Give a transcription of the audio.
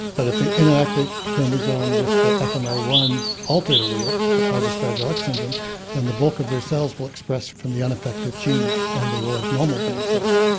but if the inactivated chromosome with the f m r one altered allele that causes fragile x syndrome then the bulk of their cells will express from the unaffected gene, and they will have normal brain cells.